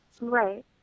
right